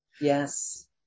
Yes